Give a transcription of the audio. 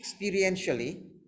experientially